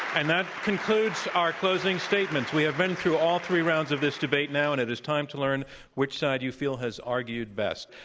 and that concludes our closing statements. we have been though all three rounds of this debate now, and it is time to learn which side you feel has argued best.